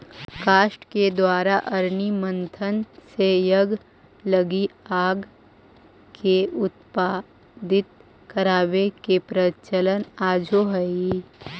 काष्ठ के द्वारा अरणि मन्थन से यज्ञ लगी आग के उत्पत्ति करवावे के प्रचलन आजो हई